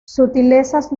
sutilezas